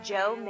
Joe